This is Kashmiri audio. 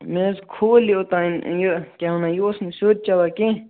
مےٚ حظ کھُول یہِ اوٚتانۍ یہِ کیاہ وَنان یہِ اوس نہٕ سیٚود چَلان کیٚنٛہہ